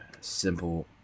simple